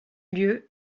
lieu